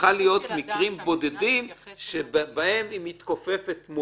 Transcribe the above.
צריכים להיות מקרים בודדים שבהם היא מתכופפת.